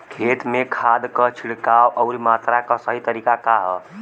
खेत में खाद क छिड़काव अउर मात्रा क सही तरीका का ह?